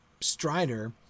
Strider